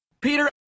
Peter